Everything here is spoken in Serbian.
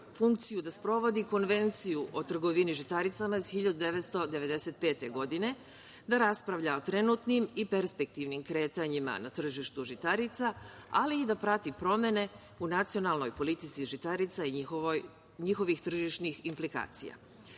funkciju da sprovodi Konvenciju o trgovini žitaricama iz 1995. godine, da raspravlja o trenutnim i perspektivnim kretanjima na tržištu žitarica, ali i da prati promene u nacionalnoj politici žitarica i njihovih tržišnih implikacija.